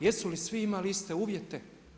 Jesu li svi imali iste uvjete?